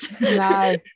no